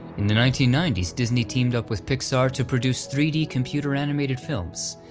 in the nineteen ninety s disney teamed up with pixar to produce three d computer animated films,